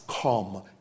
come